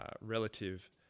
relative